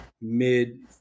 mid